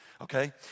okay